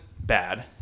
Bad